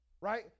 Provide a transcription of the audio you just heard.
right